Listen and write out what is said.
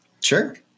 Sure